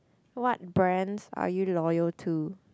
what brands are you loyal to